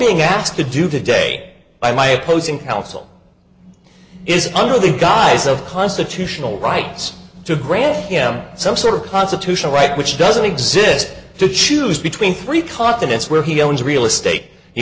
being asked to do today by my opposing counsel is under the guise of constitutional rights to grant him some sort of constitutional right which doesn't exist to choose between three continents where he owns real estate